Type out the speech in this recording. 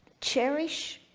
cherish,